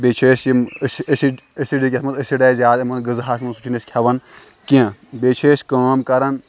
بیٚیہِ چھِ اَسہِ یِم أسۍ أسِڈ أسِڈٕکۍ یَتھ منٛز أسِڈ آسہِ زیادٕ یِمَن غذاہَس منٛز سُہ چھِنہٕ أسۍ کھٮ۪وان کیٚنٛہہ بیٚیہِ چھِ أسۍ کٲم کَران